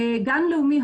גן לאומי,